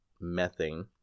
methane